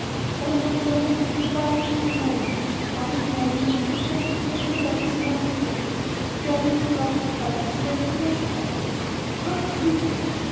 o nein nein so war es nicht gemeint aber ich meine nur mir könnten sie ja immer das auseinandersetzen wir werden uns ja doch nicht heute zum letztenmal sprechen gott verhüte